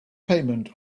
payment